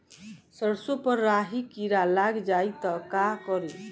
सरसो पर राही किरा लाग जाई त का करी?